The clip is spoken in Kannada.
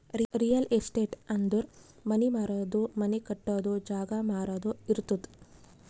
ರಿಯಲ್ ಎಸ್ಟೇಟ್ ಅಂದುರ್ ಮನಿ ಮಾರದು, ಮನಿ ಕಟ್ಟದು, ಜಾಗ ಮಾರಾದು ಇರ್ತುದ್